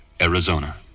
Arizona